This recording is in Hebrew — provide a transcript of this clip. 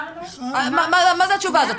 מה זו התשובה הזאת?